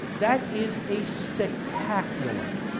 that is a spectacular